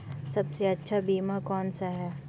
सबसे अच्छा बीमा कौनसा है?